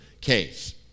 case